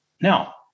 Now